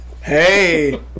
Hey